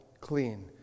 clean